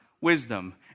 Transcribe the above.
Wisdom